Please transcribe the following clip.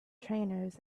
trainers